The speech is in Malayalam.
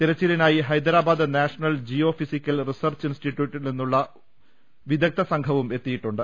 തെര ച്ചിലിനായി ഹൈദരാബാദ് നാഷണൽ ജിയോഫിസിക്കൽ റിസർച്ച് ഇൻസ്റ്റിറ്റ്യൂട്ടിൽ നിന്നുള്ള വിദഗ്ദ്ധ സംഘവും എത്തിയിട്ടുണ്ട്